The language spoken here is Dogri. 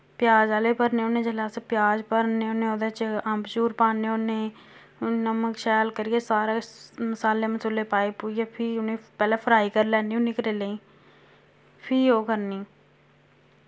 प्याज आह्ले भरने होन्ने जिसलै अस प्याज भरने होन्ने ओह्दे च अम्बचूर पान्ने होन्ने नमक शैल करियै सारा किश मसाले मसुले पाई पुइयै फ्ही उ'नेंगी पैह्लें फ्राई करी लैन्नी होन्नी करेलें गी फ्ही ओह् करनी